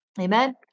Amen